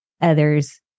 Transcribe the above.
others